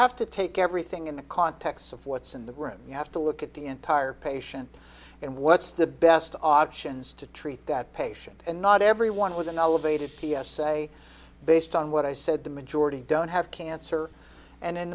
have to take everything in the context of what's in the room you have to look at the entire patient and what's the best options to treat that patient and not everyone with an elevated p s a based on what i said the majority don't have cancer and in